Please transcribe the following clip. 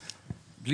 אזולאי.